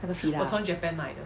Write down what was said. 那个 fila ah